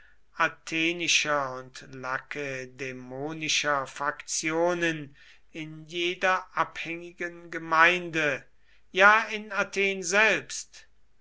athenischer und lakedämonischer faktionen in jeder abhängigen gemeinde ja in athen selbst